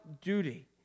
duty